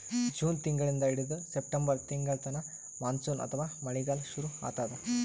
June ತಿಂಗಳಿಂದ್ ಹಿಡದು September ತಿಂಗಳ್ತನಾ ಮಾನ್ಸೂನ್ ಅಥವಾ ಮಳಿಗಾಲ್ ಶುರು ಆತದ್